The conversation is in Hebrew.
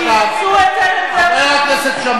חבר הכנסת שאמה,